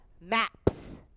maps